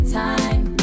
time